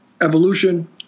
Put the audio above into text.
Evolution